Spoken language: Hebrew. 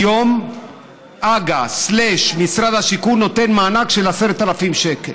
היום הג"א/משרד השיכון נותן מענק של 10,000 שקל.